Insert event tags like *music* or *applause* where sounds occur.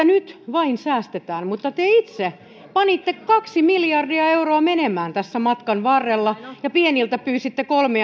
*unintelligible* nyt vain säästetään mutta te itse panitte kaksi miljardia euroa menemään tässä matkan varrella ja pieniltä pyysitte kolme *unintelligible*